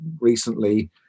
recently